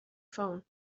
phone